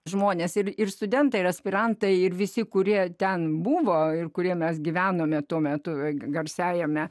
žmonės ir studentai ir aspirantai ir visi kurie ten buvo ir kurie mes gyvenome tuo metu garsiajame